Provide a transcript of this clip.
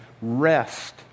Rest